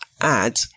add